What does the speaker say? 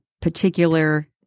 particular